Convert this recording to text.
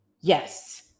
yes